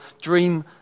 dream